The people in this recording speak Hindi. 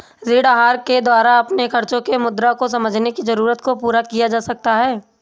ऋण आहार के द्वारा अपने खर्चो के मुद्दों को समझने की जरूरत को पूरा किया जा सकता है